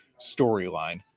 storyline